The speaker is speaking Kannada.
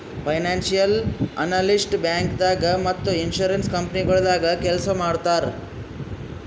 ಫೈನಾನ್ಸಿಯಲ್ ಅನಲಿಸ್ಟ್ ಬ್ಯಾಂಕ್ದಾಗ್ ಮತ್ತ್ ಇನ್ಶೂರೆನ್ಸ್ ಕಂಪನಿಗೊಳ್ದಾಗ ಕೆಲ್ಸ್ ಮಾಡ್ತರ್